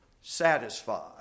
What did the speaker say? satisfied